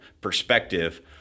perspective